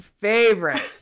favorite